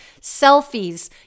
Selfies